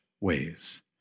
ways